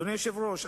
אדוני היושב-ראש,